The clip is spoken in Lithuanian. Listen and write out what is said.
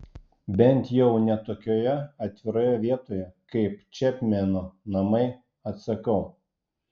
bent jau ne tokioje atviroje vietoje kaip čepmeno namai atsakau